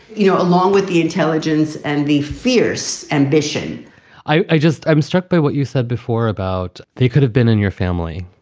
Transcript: you know, along with the intelligence and the fierce ambition i just i'm struck by what you said before about how you could have been in your family,